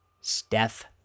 Steph